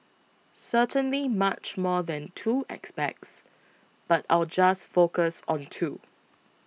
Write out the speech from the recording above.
certainly much more than two aspects but I'll just focus on two